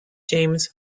james